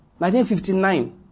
1959